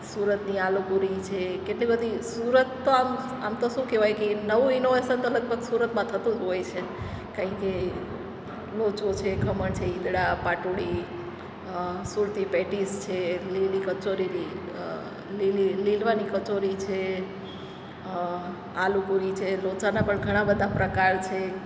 સુરતની આલુ પૂરી છે કેટલી બધી સુરત તો આમ આમ તો શુ કહેવાય કે નવું ઇનોવેસન તો લગભગ સુરતમા થતું જ હોય છે કાંઇ કે લોચો છે ખમણ છે ઈદળા પાટુળી સુરતી પેટીસ છે લીલી કચોરી લીલી લીલવાની કચોરી છે આલુ પૂરી છે લોચના પણ ઘણા બધા પ્રકાર છે